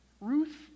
Ruth